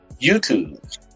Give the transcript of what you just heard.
YouTube